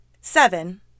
Seven